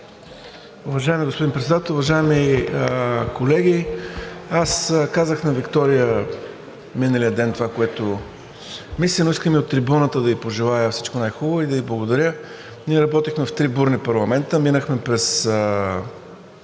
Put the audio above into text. Уважаеми господин Председател, уважаеми колеги! Аз казах на Виктория миналия ден това, което мисля. Но искам и от трибуната да ѝ пожелая всичко най-хубаво и да ѝ благодаря. Ние работихме в три бурни парламента, минахме през